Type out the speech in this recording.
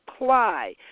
apply